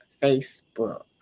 Facebook